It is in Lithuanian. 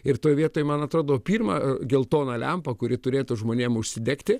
ir toj vietoj man atrodo pirma geltona lempa kuri turėtų žmonėm užsidegti